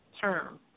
term